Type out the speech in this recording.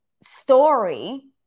story